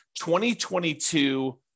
2022